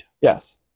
Yes